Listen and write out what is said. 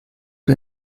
der